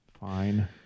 Fine